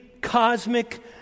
cosmic